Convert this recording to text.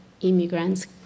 immigrants